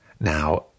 Now